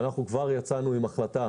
כבר יצאנו בהחלטה,